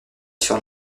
sur